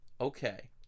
okay